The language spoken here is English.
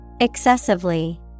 excessively